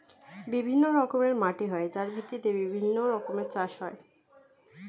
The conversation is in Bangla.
বিভিন্ন রকমের মাটি হয় যার ভিত্তিতে বিভিন্ন রকমের চাষ হয়